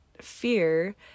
fear